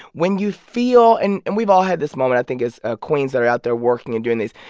when you feel and and we've all had this moment, i think, as ah queens that are out there working and doing this,